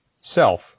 self